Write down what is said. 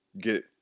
get